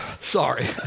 Sorry